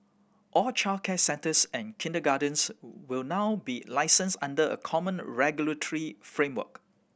all childcare centres and kindergartens will now be licensed under a common regulatory framework